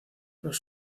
los